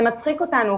זה מצחיק אותנו,